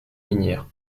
minières